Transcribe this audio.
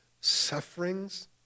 sufferings